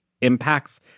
impacts